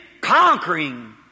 conquering